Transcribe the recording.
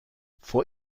vor